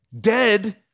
dead